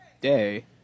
day